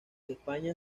españa